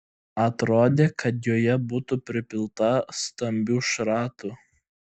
atrodė kad joje būtų pripilta stambių šratų